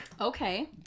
Okay